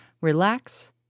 relax